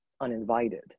uninvited